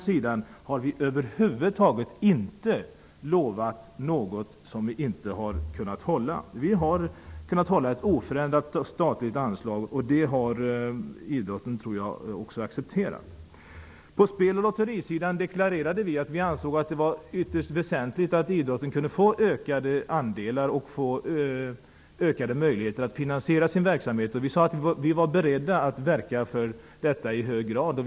Vi har över huvud tagit inte lovat något som vi inte har kunnat hålla. Vi har hållit fast vid ett oförändrat statligt anslag, och det har idrottsrörelsen accepterat. När det gäller spel och lotterier ansåg vi att det var ytterst väsentligt att idrottsrörelsen kunde få ökade andelar och ökade möjligheter att finansiera sin verksamhet. Vi sade att vi var beredda att i hög grad verka för detta.